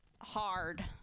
hard